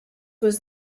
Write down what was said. was